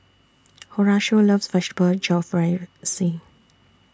Horatio loves Vegetable Jalfrezi